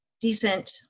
decent